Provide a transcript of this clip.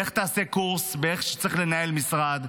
לך תעשה קורס איך צריך לנהל משרד,